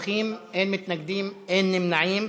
אין מתנגדים, אין נמנעים.